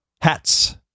hats